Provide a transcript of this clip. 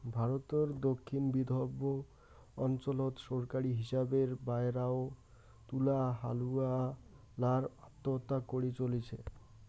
ভারতর দক্ষিণ বিদর্ভ অঞ্চলত সরকারী হিসাবের বায়রাও তুলা হালুয়ালার আত্মহত্যা করি চলিচে